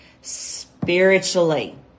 spiritually